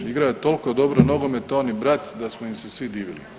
Igrao je toliko dobro nogomet on i brat da smo im se svi divili.